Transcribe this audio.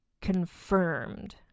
confirmed